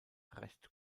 recht